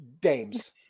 Dames